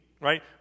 right